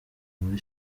muri